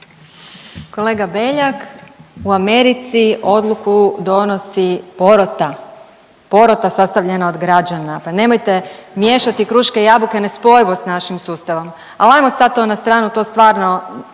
Kolega Beljak u Americi odluku donosi porota, porota sastavljena od građana. Pa nemojte miješati kruške i jabuke, nespojivost našim sustavom. Ali hajmo sad to na stranu, to stvarno